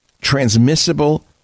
transmissible